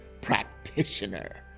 practitioner